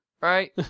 right